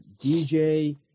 DJ